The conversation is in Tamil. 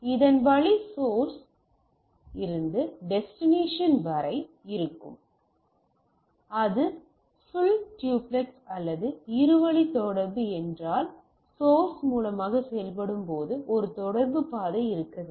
இதன் வழி சோர்ஸ் இருந்து டெஸ்டினேசன் வரை இருக்கும் அது ஃபுல் டியூப்லெக்ஸ் அல்லது இரு வழி தொடர்பு என்றால் சோர்ஸ் மூலமாக செயல்படும்போது ஒரு தொடர்பு பாதை இருக்க வேண்டும்